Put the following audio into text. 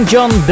John